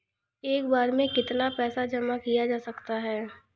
एक बार में कितना पैसा जमा किया जा सकता है?